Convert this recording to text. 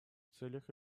целях